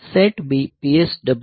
SETB PSW